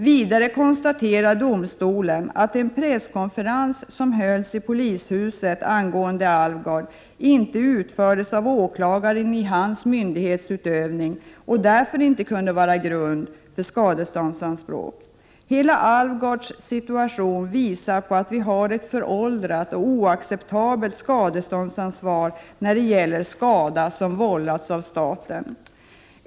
Vidare konstaterade domstolen att den presskonferens som hölls i polishuset angående Alvgard inte utförts av åklagaren i hans myndighetsutövning och därför inte kunde vara grund för skadeståndsanspråk. Alvgards situation visar att skadeståndsansvaret när det gäller skada som vållats av staten är föråldrat och oacceptabelt.